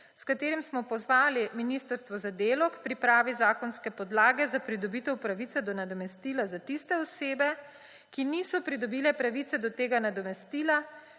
s katerim smo pozvali ministrstvo za delo k pripravi zakonske podlage za pridobitev pravice do nadomestila za tiste osebe, ki niso pridobile pravice do tega nadomestila,